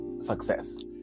success